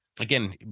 again